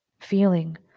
feeling